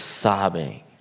sobbing